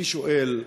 אני שואל: